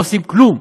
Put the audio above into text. והם לא עושים כלום,